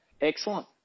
Excellent